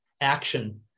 action